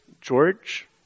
George